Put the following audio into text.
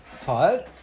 tired